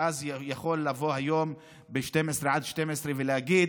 ואז יוכל לבוא היום עד 24:00 ולהגיד: